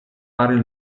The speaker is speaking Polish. pary